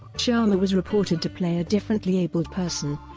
sharma was reported to play a differently-abled person,